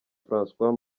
francois